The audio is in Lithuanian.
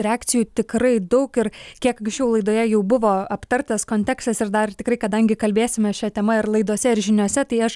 reakcijų tikrai daug ir kiek anksčiau laidoje jau buvo aptartas kontekstas ir dar tikrai kadangi kalbėsime šia tema ir laidose ar žiniose tai aš